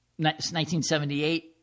1978